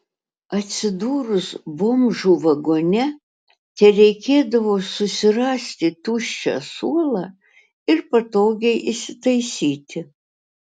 atsidūrus bomžų vagone tereikėdavo susirasti tuščią suolą ir patogiai įsitaisyti